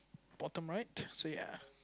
bottom right so ya